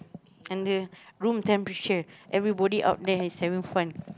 under room temperature everybody out there is having fun